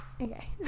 Okay